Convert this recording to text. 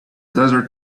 desert